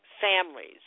families